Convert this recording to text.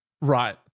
Right